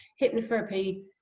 hypnotherapy